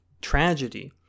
tragedy